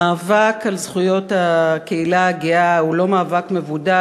המאבק על זכויות הקהילה הגאה הוא לא מאבק מבודל,